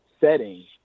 setting